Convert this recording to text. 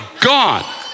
gone